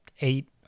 eight